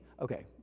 Okay